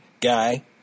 guy